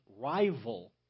rival